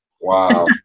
Wow